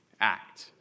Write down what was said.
act